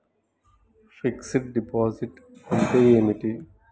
Fix డ్ deposit అంటే ఏమిటి?